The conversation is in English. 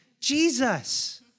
Jesus